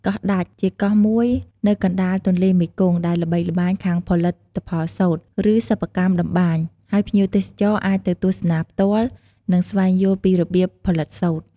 កោះដាច់ ជាកោះមួយនៅកណ្តាលទន្លេមេគង្គ ដែលល្បីល្បាញខាងផលិតផលសូត្រ និងសិប្បកម្មតម្បាញ ហើយភ្ញៀវទេសចរអាចទៅទស្សនាផ្ទាល់ និងស្វែងយល់ពីរបៀបផលិតសូត្រ។